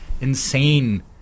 insane